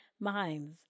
minds